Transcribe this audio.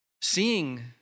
seeing